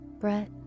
Brett